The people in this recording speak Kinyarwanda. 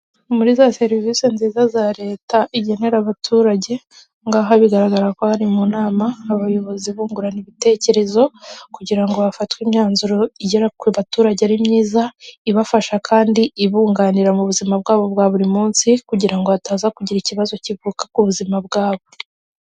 Muri za serivise nziza za leta igenera abaturage ahangaha bigaragara ko hari mu nama abayobozi bungurana ibitekerezo kugira ngo hafatwe imyanzuro igera ku baturage ari myiza ibafasha kandi ibunganira mu buzima bwabo bwa buri munsi kugira ngo hataza kugira ikibazo kivuka ku buzima bwabo.